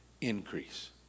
increase